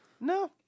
No